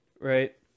right